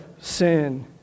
sin